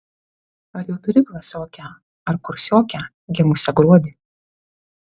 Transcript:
ar jau turi klasiokę ar kursiokę gimusią gruodį